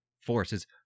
forces